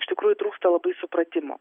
iš tikrųjų trūksta labai supratimo